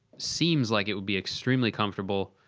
seems like it would be extremely comfortable.